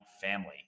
Family